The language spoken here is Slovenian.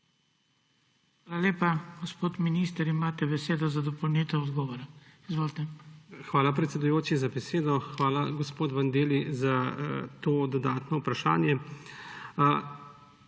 Hvala lepa. Gospod minister, imate besedo za dopolnitev odgovora. Izvolite. JANEZ POKLUKAR: Hvala, predsedujoči, za besedo. Hvala, gospod Bandelli za to dodatno vprašanje.